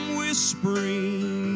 whispering